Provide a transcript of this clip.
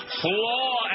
floor